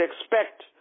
expect